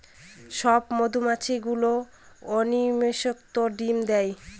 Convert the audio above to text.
সব মধুমাছি গুলো অনিষিক্ত ডিম দেয়